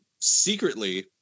secretly